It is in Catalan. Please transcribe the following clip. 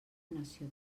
ordenació